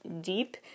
deep